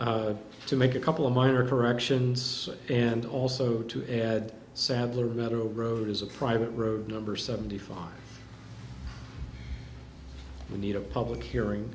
to make a couple of minor corrections and also to add saddler better road is a private road number seventy five we need a public hearing